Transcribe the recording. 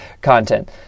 content